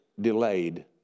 delayed